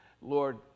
Lord